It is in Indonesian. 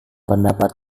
pendapat